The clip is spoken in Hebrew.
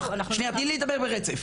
שנייה, תני לי לדבר ברצף.